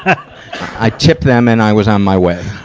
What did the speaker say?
i i tipped them, and i was on my way.